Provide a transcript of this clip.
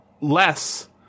less